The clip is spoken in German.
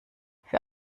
für